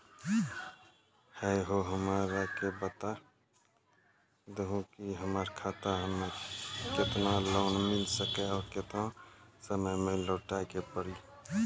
है हो हमरा के बता दहु की हमार खाता हम्मे केतना लोन मिल सकने और केतना समय मैं लौटाए के पड़ी?